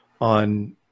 on